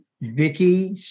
Vicky